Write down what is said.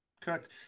Correct